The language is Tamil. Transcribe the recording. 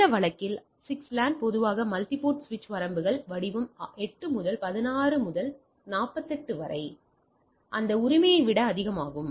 இந்த வழக்கில் 6 லேன் பொதுவாக மல்டிபோர்ட் சுவிட்ச் வரம்புகள் வடிவம் 8 முதல் 16 முதல் 48 வரை அந்த உரிமையை விட அதிகமாகும்